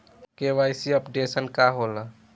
KYC updation का होला?